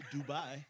Dubai